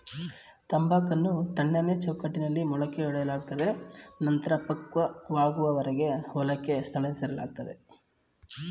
ತಂಬಾಕನ್ನು ತಣ್ಣನೆ ಚೌಕಟ್ಟಲ್ಲಿ ಮೊಳಕೆಯೊಡೆಯಲಾಗ್ತದೆ ನಂತ್ರ ಪಕ್ವವಾಗುವರೆಗೆ ಹೊಲಕ್ಕೆ ಸ್ಥಳಾಂತರಿಸ್ಲಾಗ್ತದೆ